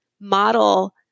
model